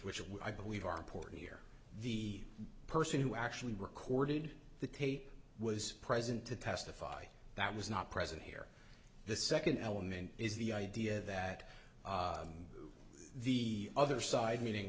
would i believe are important here the person who actually recorded the tape was present to testify that was not present here the second element is the idea that the other side meaning